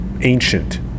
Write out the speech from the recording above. ancient